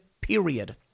period